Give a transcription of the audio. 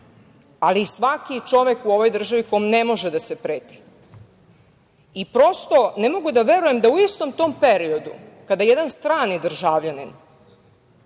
ali i svaki čovek u ovoj državi kom ne može da se preti. Prosto, ne mogu da verujem da u istom tom periodu kada jedan strani državljanin